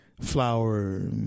flower